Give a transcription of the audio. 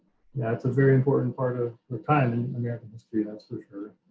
yeah it's a very important part of the time in american history that's for sure.